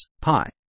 pi